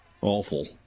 Awful